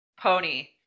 pony